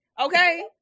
okay